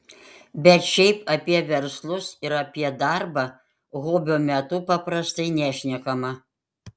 bet šiaip apie verslus ir apie darbą hobio metu paprastai nešnekama